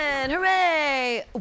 Hooray